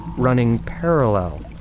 running parallel,